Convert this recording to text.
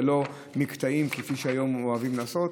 ולא מקטעים כפי שהיום אוהבים לעשות.